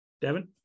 devin